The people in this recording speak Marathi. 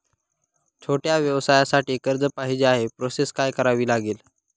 छोट्या व्यवसायासाठी कर्ज पाहिजे आहे प्रोसेस काय करावी लागेल?